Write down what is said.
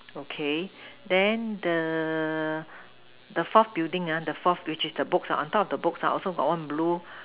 okay then the the forth building ah the forth which is the books ah on top of the books also got one blue